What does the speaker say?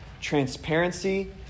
transparency